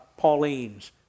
Paulines